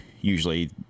usually